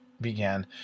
began